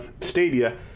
Stadia